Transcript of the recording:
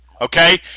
okay